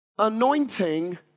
Anointing